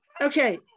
Okay